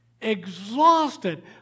exhausted